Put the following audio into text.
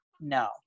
no